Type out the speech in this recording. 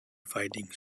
finding